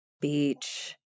Beach